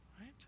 right